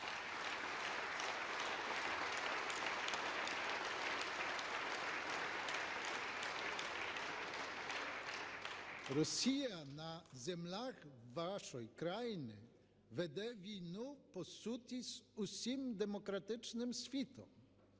Росія на землях вашої країни веде війну по суті з усім демократичним світом.